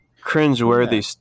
cringe-worthy